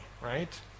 right